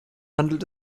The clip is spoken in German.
handelt